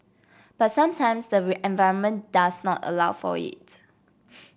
but sometimes the environment does not allow for it